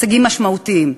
הישגים משמעותיים.